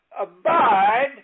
abide